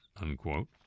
unquote